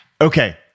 Okay